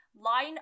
line